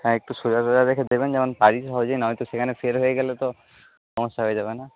হ্যাঁ একটু সোজা সোজা দেখে দেবেন যেমন পারি সহজে নয়তো সেখানে ফেল হয়ে গেলে তো সমস্যা হয়ে যাবে না